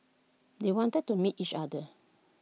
they wanted to meet each other